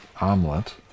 omelet